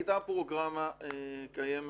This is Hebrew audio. הייתה פרוגרמה קיימת.